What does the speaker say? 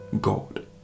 God